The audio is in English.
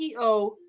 CEO